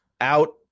out